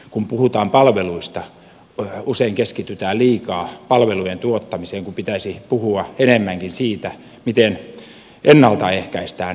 kun puhutaan palveluista usein keskitytään liikaa palvelujen tuottamiseen kun pitäisi puhua enemmänkin siitä miten ennalta ehkäistään palvelutarpeen syntyminen